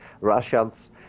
Russians